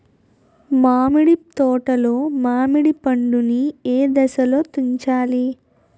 మామిడి తోటలో మామిడి పండు నీ ఏదశలో తుంచాలి?